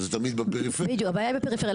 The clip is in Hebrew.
בעיה בפריפריה,